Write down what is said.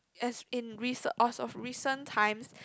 as in recent as of recent times